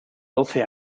doce